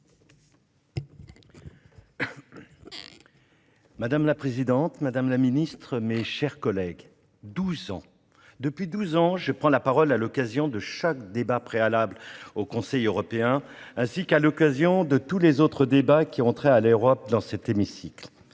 Madame la présidente, madame la secrétaire d'État, mes chers collègues, douze ans : depuis douze ans, je prends la parole à l'occasion de chaque débat préalable au Conseil européen, ainsi qu'à l'occasion de tous les autres débats qui ont trait à l'Europe dans cet hémicycle.